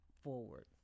forward